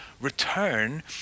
return